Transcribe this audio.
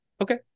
Okay